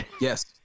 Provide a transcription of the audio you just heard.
yes